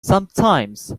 sometimes